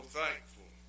thankful